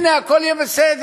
הנה, הכול יהיה בסדר.